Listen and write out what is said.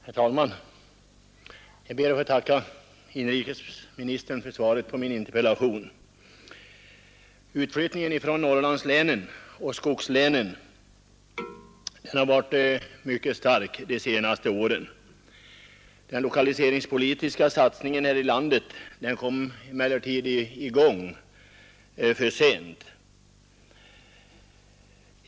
Herr talman! Jag ber att få tacka inrikesministern för svaret på min interpellation. Utflyttningen från Norrlandslänen och skogslänen har under de senaste åren varit mycket stark, och den lokaliseringspolitiska satsningen här i landet kom i gång för sent.